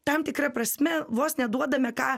tam tikra prasme vos neduodame ką